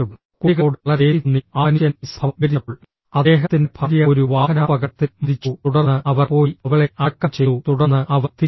കുട്ടികളോട് വളരെ ദേശി തോന്നി ആ മനുഷ്യൻ ഈ സംഭവം വിവരിച്ചപ്പോൾ അദ്ദേഹത്തിന്റെ ഭാര്യ ഒരു വാഹനാപകടത്തിൽ മരിച്ചു തുടർന്ന് അവർ പോയി അവളെ അടക്കം ചെയ്തു തുടർന്ന് അവർ തിരിച്ചുവരുന്നു